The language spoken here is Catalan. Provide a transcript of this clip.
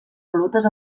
volutes